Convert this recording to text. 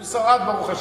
הוא שרד, ברוך השם.